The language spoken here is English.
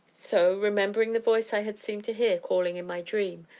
so, remembering the voice i had seemed to hear calling in my dream,